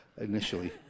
initially